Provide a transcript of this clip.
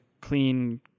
clean